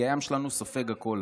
כי הים שלנו סופג הכול.